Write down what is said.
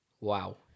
Wow